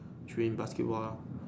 train basketball lah